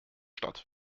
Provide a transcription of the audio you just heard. stadt